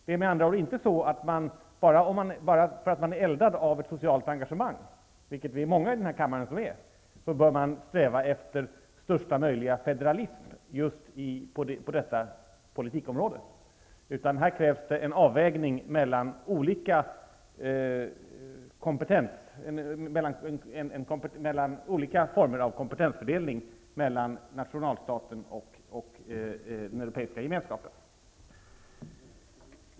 Det är med andra ord inte så att bara därför att man är eldad av ett socialt engagemang, vilket vi är många i den här kammaren som är, bör sträva efter största möjliga federalism just på detta politikområde. Här krävs i stället en avvägning av kompetensfördelningen mellan nationalstaten och den Europeiska gemenskapen.